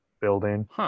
building